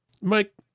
Mike